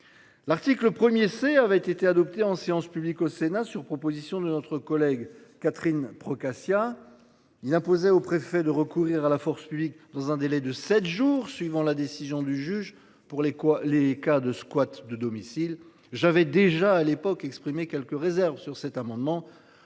L'article 1er c'est avait été adopté en séance publique au Sénat sur proposition de notre collègue Catherine Procaccia il imposait aux préfets de recourir à la force publique dans un délai de 7 jours suivant la décision du juge pour les quoi. Les cas de squat de domicile, j'avais déjà à l'époque exprimé quelques réserves sur cet amendement,